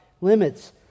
limits